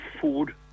food